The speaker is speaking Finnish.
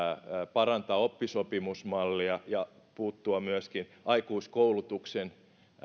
parantaa oppisopimusmallia ja puuttua myöskin aikuiskoulutuksen